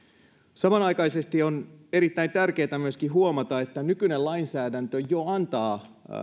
samanaikaisesti on erittäin tärkeää myöskin huomata että nykyinen lainsäädäntö jo antaa